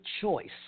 choice